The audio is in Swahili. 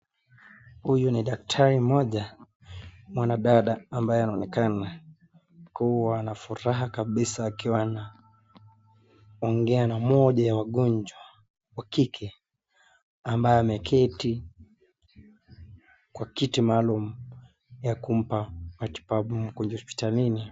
Huyu ni daktari mmoja mwanadada ambaye anaonekana kuwa na furaha kabisa akiwa anaongea na mmoja wa wagonjwa wa kike, ambaye ameketi kwa kiti maalum ya kumpa matibabu mgonjwa hosiptalini.